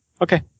Okay